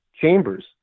Chambers